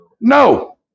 No